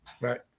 Right